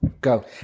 Go